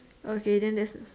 okay then that's